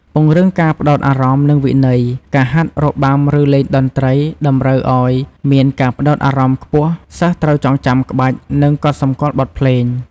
ពង្រឹងការផ្តោតអារម្មណ៍ និងវិន័យ ការហាត់របាំ ឬលេងតន្ត្រី តម្រូវឱ្យមានការផ្តោតអារម្មណ៍ខ្ពស់ សិស្សត្រូវចងចាំក្បាច់ និងកត់សម្គាល់បទភ្លេង។